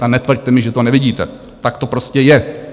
A netvrďte mi, že to nevidíte, tak to prostě je.